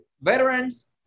veterans